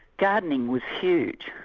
gardening was huge.